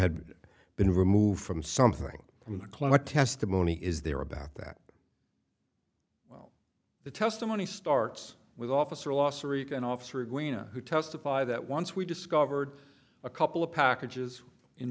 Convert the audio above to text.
had been removed from something from the climate testimony is there about that well the testimony starts with officer los rican officer who testified that once we discovered a couple of packages in